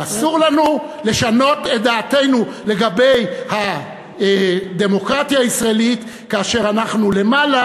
אסור לנו לשנות את דעתנו לגבי הדמוקרטיה הישראלית כאשר אנחנו למעלה,